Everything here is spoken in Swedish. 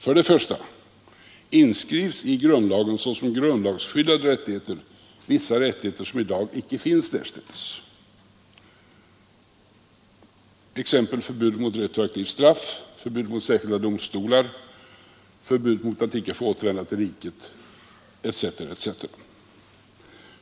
För det första inskrivs i grundlagen såsom grundlagsskyddade rättigheter vissa rättigheter som i dag inte finns därstädes, exempelvis förbudet mot retroaktivt straff, förbudet mot särskilda domstolar, förbudet mot att icke få återvända till riket etc.